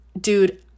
dude